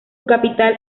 capital